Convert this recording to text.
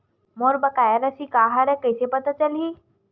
मोर बकाया राशि का हरय कइसे पता चलहि?